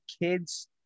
kids